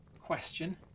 question